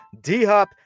D-Hop